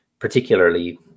particularly